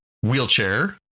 wheelchair